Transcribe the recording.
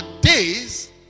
days